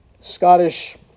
Scottish